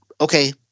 okay